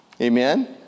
amen